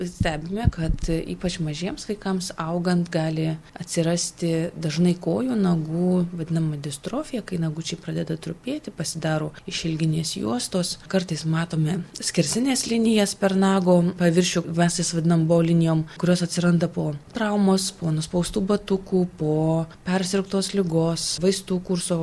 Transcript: stebime kad ypač mažiems vaikams augant gali atsirasti dažnai kojų nagų vadinamų distrofija kai nagučiai pradeda trupėti pasidaro išilginės juostos kartais matome skersines linijas per nago paviršių mes jas vadinam bo linijom kurios atsiranda po traumos po nuspaustų batukų po persirgtos ligos vaistų kurso